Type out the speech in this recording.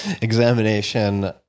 examination